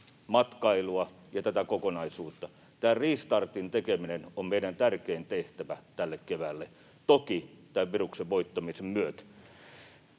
matkailua ja tätä kokonaisuutta. Tämä restartin tekeminen on meidän tärkein tehtävämme tälle keväälle, toki tämän viruksen voittamisen myötä.